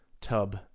tub